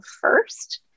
first